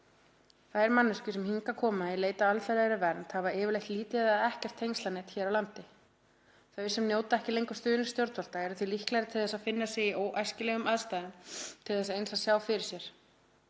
Þær manneskjur sem hingað koma í leit að alþjóðlegri vernd hafa yfirleitt lítið eða ekkert tengslanet hér á landi. Þau sem njóta ekki lengur stuðnings stjórnvalda eru því líklegri til þess að finna sig í óæskilegum aðstæðum til þess eins að sjá fyrir sér.